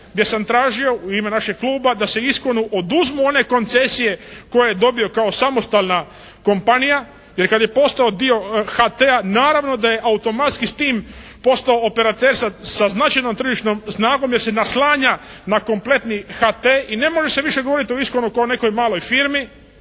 gdje sam tražio u ime našeg kluba da se Iskonu oduzmu one koncesije koje je dobio kao samostalna kompanija. Jer kad je postao dio HT-a naravno da je automatski s tim postao operater sa značajnom tržišnom snagom, jer se naslanja na kompletni HT i ne može se više govoriti o Iskonu kao o jednoj maloj firmi.